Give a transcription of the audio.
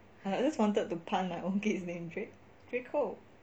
I just wanted to pun my own kid's name drake drake koh